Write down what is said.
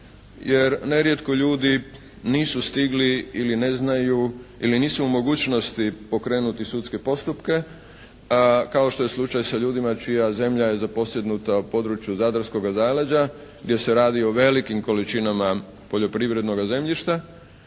Jer nerijetko ljudi nisu stigli ili neznaju ili nisu u mogućnosti pokrenuti sudske postupke kao što je slučaj sa ljudima čija zemlja je zaposjednuta u području zadarskoga zaleđa gdje se radi o velikim količinama poljoprivrednoga zemljišta